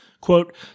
Quote